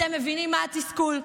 אתם מבינים מה התסכול,